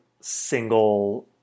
single